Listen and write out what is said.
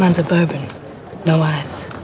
and suburban noize.